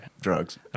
drugs